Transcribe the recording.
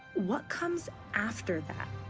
what comes after that?